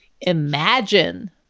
imagine